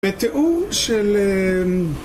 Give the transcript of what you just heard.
בתיאור של...